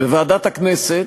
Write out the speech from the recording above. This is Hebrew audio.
בוועדת הכנסת,